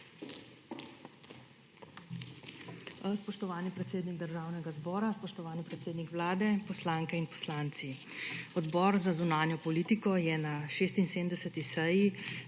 Spoštovani predsednik Državnega zbora, spoštovani predsednik Vlade, poslanke in poslanci! Odbor za zunanjo politiko je na 76. seji